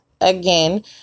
Again